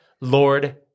Lord